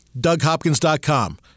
DougHopkins.com